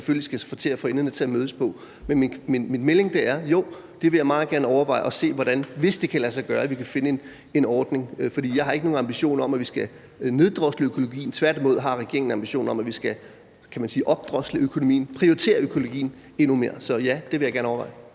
selvfølgelig skal få enderne til at mødes. Men min melding er: Jo, det vil jeg meget gerne overveje, og jeg vil gerne se på, hvordan vi, hvis det kan lade sig gøre, kan finde en ordning. For jeg har ikke nogen ambitioner om, at vi skal neddrosle økologien. Tværtimod har regeringen en ambition om, at vi skal prioritere økologien endnu mere. Så ja, det vil jeg gerne overveje.